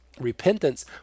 Repentance